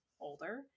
older